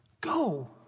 Go